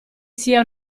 sia